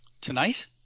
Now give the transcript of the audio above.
Tonight